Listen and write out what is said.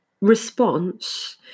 response